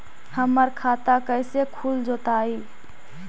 हमर खाता कैसे खुल जोताई?